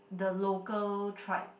the local tribe